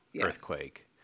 earthquake